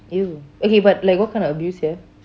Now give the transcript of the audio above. !eww! okay but like what kind of abuse sia